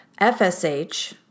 FSH